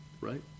Right